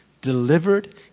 delivered